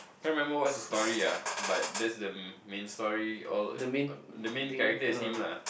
can't remember what is the story ah but that's the main story all the main character is him lah